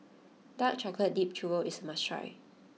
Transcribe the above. Dark Chocolate Dipped Churro is a must try